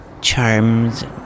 charms